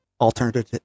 alternative